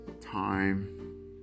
time